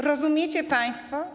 Rozumiecie państwo?